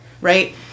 right